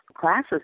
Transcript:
classes